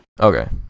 Okay